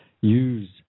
use